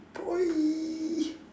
boy